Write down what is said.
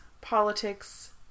politics